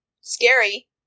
scary